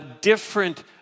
different